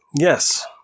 Yes